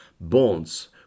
bonds